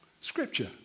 scripture